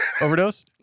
overdose